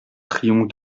triomphe